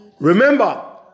Remember